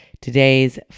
today's